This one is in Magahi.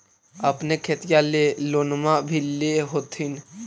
अपने खेतिया ले लोनमा भी ले होत्थिन?